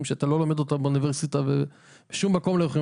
אלה דברים שלא לומדים אותם באוניברסיטה ולא בשום מקום אחר,